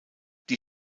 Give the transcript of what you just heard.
die